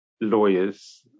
lawyers